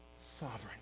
sovereign